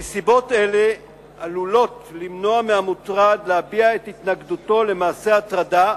נסיבות אלה עלולות למנוע מהמוטרד להביע את התנגדותו למעשה ההטרדה,